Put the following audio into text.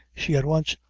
she, at once,